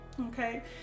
Okay